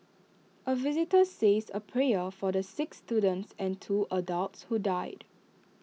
A visitor says A prayer for the six students and two adults who died